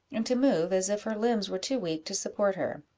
and to move as if her limbs were too weak to support her.